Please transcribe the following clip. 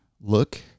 look